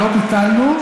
לא ביטלנו,